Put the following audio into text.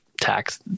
tax